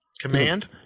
Command